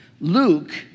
Luke